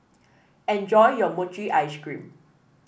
enjoy your Mochi Ice Cream